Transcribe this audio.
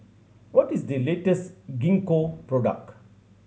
what is the Gingko product